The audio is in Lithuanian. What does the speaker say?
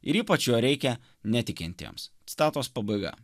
ir ypač reikia netikintiems citatos pabaiga